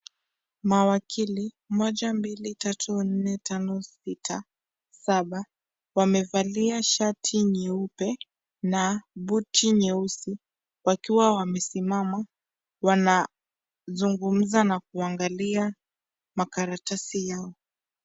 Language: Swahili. Mawakili moja, mbili, tatu, nne, tano, sita, saba wamevalia shati nyeupe na buti nyeusi wakiwa wamesimama wanazungumza na kuangalia makaratasi yao.